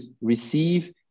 receive